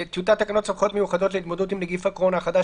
"טיוטת תקנות סמכויות מיוחדות להתמודדות עם נגיף הקורונה החדש